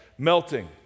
Melting